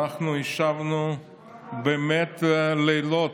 אנחנו ישבנו באמת לילות,